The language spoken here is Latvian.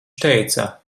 teica